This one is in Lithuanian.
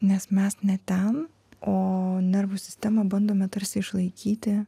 nes mes ne ten o nervų sistemą bandome tarsi išlaikyti